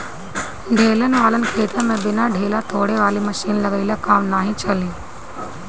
ढेला वालन खेत में बिना ढेला तोड़े वाली मशीन लगइले काम नाइ चली